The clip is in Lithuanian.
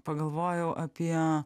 pagalvojau apie